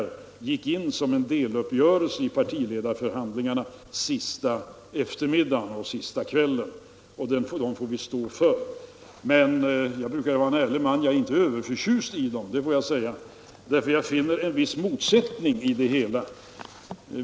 Den ingick som en deluppgörelse i partiledarförhandlingarna sista eftermiddagen och kvällen, och därför får vi stå för den. Men — jag brukar ju vara en ärlig man — jag är inte överförtjust i skrivningen, eftersom den rymmer en viss motsättning.